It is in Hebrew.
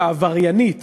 העבריינית